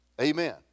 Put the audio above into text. Amen